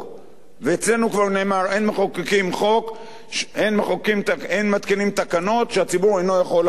ואצלנו כבר נאמר: אין מתקינים תקנות שהציבור אינו יכול לעמוד בהן.